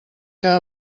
que